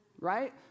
right